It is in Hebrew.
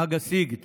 חג הסגד